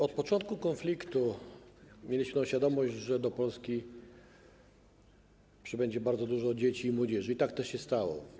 Od początku konfliktu mieliśmy świadomość, że do Polski przybędzie bardzo dużo dzieci i młodzieży i tak też się stało.